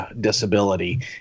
disability